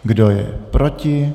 Kdo je proti?